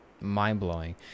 mind-blowing